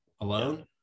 alone